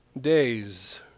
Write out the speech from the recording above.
days